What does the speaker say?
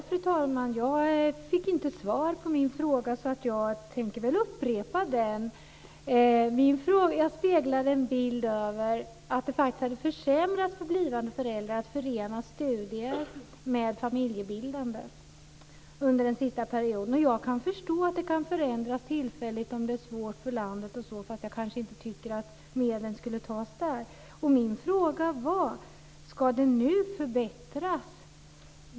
Fru talman! Jag fick inte svar på min fråga, därför tänker jag upprepa den. Jag sade att det faktiskt har försämrats för blivande föräldrar att förena studier med familjebildande under den senaste perioden. Jag kan förstå att det kan förändras tillfälligt om det är svårt för landet, men jag tycker kanske inte att medlen skulle tas där. Min fråga var: Ska det nu förbättras?